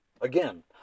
Again